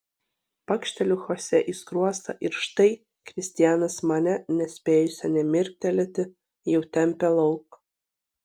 pakšteliu chosė į skruostą ir štai kristianas mane nespėjusią nė mirktelėti jau tempia lauk